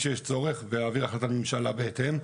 שיש צורך ויעביר החלטת ממשלה בהתאם.